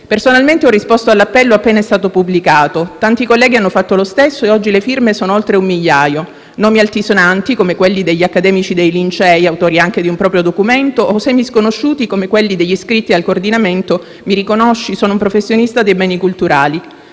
Personalmente ho risposto all'appello appena è stato pubblicato. Tanti colleghi hanno fatto lo stesso e oggi le firme sono oltre un migliaio: nomi altisonanti come quelli degli accademici dei Lincei, autori anche di un proprio documento, o semi-sconosciuti come quelli degli iscritti al coordinamento "Mi riconosci? Sono un professionista dei beni culturali".